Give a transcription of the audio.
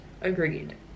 agreed